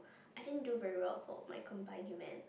I didn't do very well for my combined human